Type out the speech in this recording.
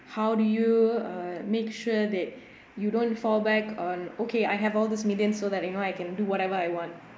how do you uh make sure that you don't fall back on okay I have all this median so that you know I can do whatever I want